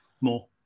more